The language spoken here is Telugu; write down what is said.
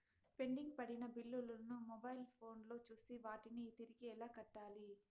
పెండింగ్ పడిన బిల్లులు ను మొబైల్ ఫోను లో చూసి వాటిని తిరిగి ఎలా కట్టాలి